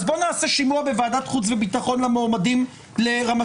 אז בואו נעשה שימוע בוועדת חוץ וביטחון למועמדים לרמטכ"לות.